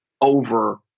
over